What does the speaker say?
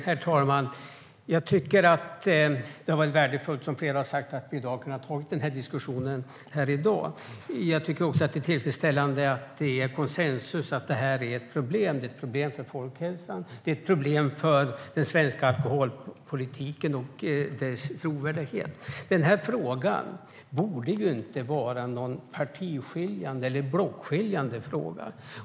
Herr talman! Som flera har sagt tycker jag att det har varit värdefullt att vi har kunnat ha denna diskussion här i dag. Jag tycker också att det är tillfredsställande att det finns en konsensus om att detta är ett problem för folkhälsan och för den svenska alkoholpolitiken och dess trovärdighet. Den här frågan borde inte vara parti eller blockskiljande.